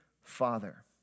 Father